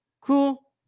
cool